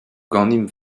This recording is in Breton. ganimp